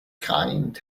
kind